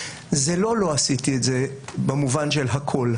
זה לא: לא עשיתי את זה במובן של הכול.